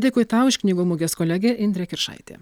dėkui tau iš knygų mugės kolegė indrė kiršaitė